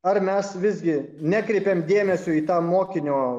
ar mes visgi nekreipiam dėmesio į tą mokinio